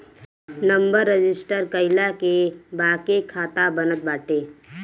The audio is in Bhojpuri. नंबर रजिस्टर कईला के बाके खाता बनत बाटे